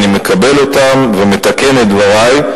מקבל אותם ומתקן את דברי.